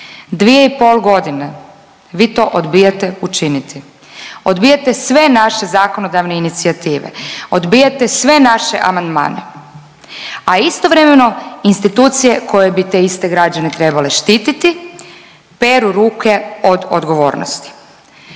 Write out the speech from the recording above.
Dvije i pol godine vi to odbijate učiniti. Odbijate sve naše zakonodavne inicijative, odbijate sve naše amandmane, a istovremeno institucije koje bi te iste građane trebale štititi peru ruke od odgovornosti.